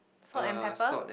salt and pepper